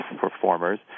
Performers